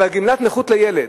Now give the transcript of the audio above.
אבל גמלת נכות לילד,